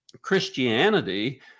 Christianity